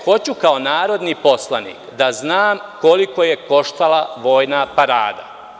Hoću kao narodni poslanik da znam koliko je koštala vojna parada.